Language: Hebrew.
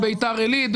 בביתר עילית,